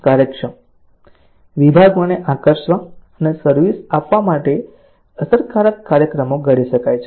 કાર્યક્ષમ વિભાગોને આકર્ષવા અને સર્વિસ આપવા માટે અસરકારક કાર્યક્રમો ઘડી શકાય છે